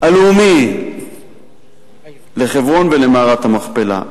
הלאומי לחברון ולמערת המכפלה.